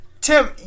Tim